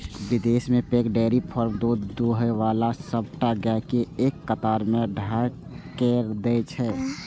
विदेश मे पैघ डेयरी फार्म मे दूध दुहै बला सबटा गाय कें एक कतार मे ठाढ़ कैर दै छै